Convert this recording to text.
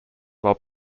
while